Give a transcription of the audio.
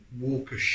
Walker